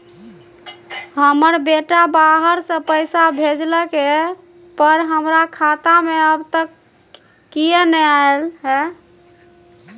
हमर बेटा बाहर से पैसा भेजलक एय पर हमरा खाता में अब तक किये नाय ऐल है?